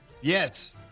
Yes